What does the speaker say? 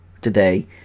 today